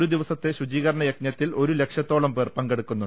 ഒരു ദിവ സത്തെ ശുചീകരണ യജ്ഞത്തിൽ ഒരു ലക്ഷത്തോളം പേർ പങ്കെ ടുക്കുന്നത്